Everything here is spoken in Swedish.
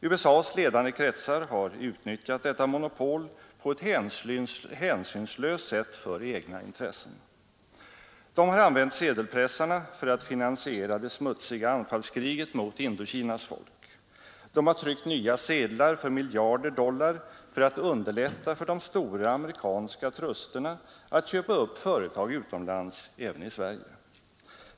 USA:s ledande kretsar har utnyttjat detta monopol på ett hänsynslöst sätt för egna intressen. De har använt sedelpressarna för att finansiera det smutsiga anfallskriget mot Indokinas folk. De har tryckt nya sedlar för miljarder dollar för att underlätta för de stora amerikanska trusterna att köpa upp företag utomlands, även i Sverige.